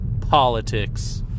Politics